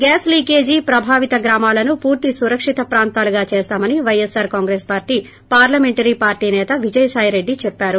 gas leakage ప్రభావిత గ్రామాలను పూర్తి సురక్షిత ప్రాంతాలుగా చేస్తామని పైఎస్సార్ కాంగ్రెస్ పార్లీ పార్లమెంటరీ పార్టీ సేత విజయసాయిరెడ్డి చెప్పారు